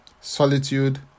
solitude